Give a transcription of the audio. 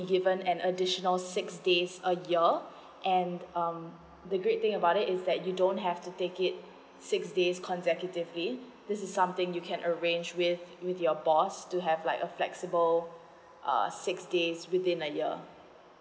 given an additional six days a your and um the great thing about it is that you don't have to take it six days consecutively this is something you can arrange with your boss to have like a flexible err six days within a year